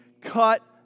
cut